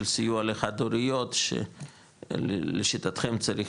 של סיוע לחד-הוריות שלשיטתכם צריך